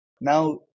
Now